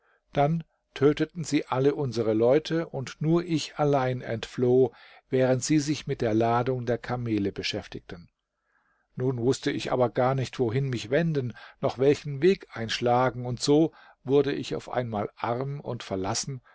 dann töteten sie alle unsere leute und nur ich allein entfloh während sie sich mit der ladung der kamele beschäftigten nun wußte ich aber gar nicht wohin mich wenden noch welchen weg einschlagen und so wurde ich auf einmal arm und verlassen